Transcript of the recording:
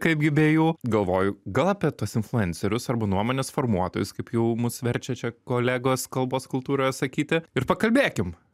kaip gi be jų galvoju gal apie tuos influencerius arba nuomonės formuotojus kaip jau mus verčia čia kolegos kalbos kultūroje sakyti ir pakalbėkim